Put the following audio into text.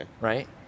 right